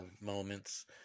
moments